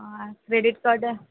credit card